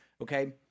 okay